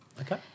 Okay